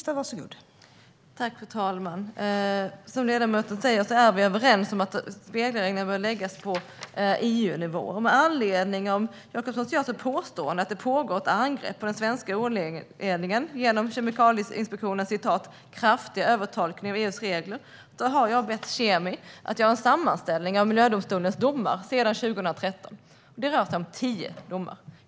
Fru talman! Som ledamoten säger är vi överens om att spelreglerna bör läggas på EU-nivå. Med anledning av Jacobsson Gjörtlers påstående om att det pågår ett angrepp på den svenska odlingen genom Kemikalieinspektionens "kraftiga övertolkning" av EU:s regler har jag bett Kemi att göra en sammanställning av miljödomstolens domar sedan 2013. Det rör sig om tio domar.